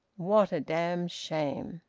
what a damned shame!